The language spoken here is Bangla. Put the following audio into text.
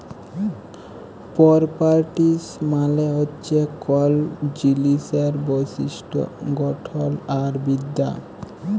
পরপার্টিস মালে হছে কল জিলিসের বৈশিষ্ট গঠল আর বিদ্যা